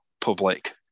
public